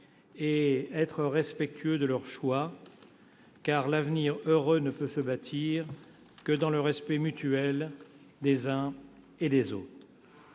et soyons respectueux de leur choix, car l'avenir heureux ne peut se bâtir que dans le respect mutuel des uns et des autres.